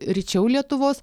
ryčiau lietuvos